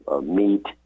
meat